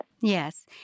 Yes